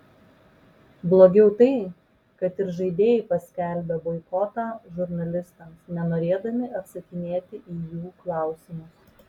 blogiau tai kad ir žaidėjai paskelbė boikotą žurnalistams nenorėdami atsakinėti į jų klausimus